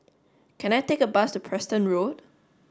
can I take a bus to Preston Road